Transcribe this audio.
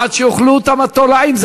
עד שיאכלו אותם התולעים.